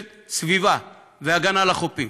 של סביבה והגנה על החופים.